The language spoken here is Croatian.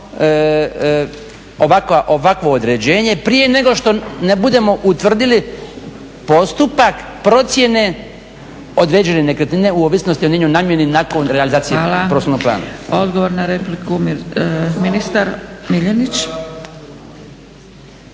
ovakvo određenje prije nego što ne budemo utvrdili postupak procjene određene nekretnine u ovisnosti o njenoj namjeni nakon realizacije prostornog plana. **Zgrebec, Dragica (SDP)** Hvala. Odgovor na repliku, ministar Miljenić.